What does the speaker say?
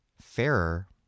fairer